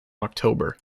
october